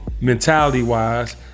mentality-wise